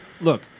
Look